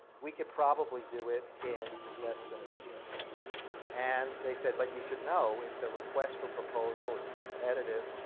we could probably do it in less than a year and they said, but you should know it's a request for proposal, it's competitive,